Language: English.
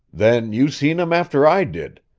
then you seen him after i did.